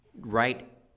right